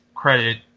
credit